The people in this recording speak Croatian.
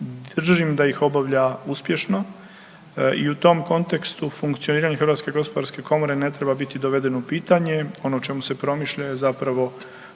držim da ih obavlja uspješno i u tom kontekstu funkcioniranje HGK ne treba biti dovedeno u pitanje. Ono o čemu se promišlja je zapravo